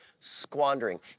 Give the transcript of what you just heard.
squandering